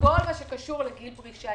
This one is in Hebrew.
מכל מה שקשור לגיל פרישה.